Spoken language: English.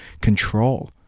control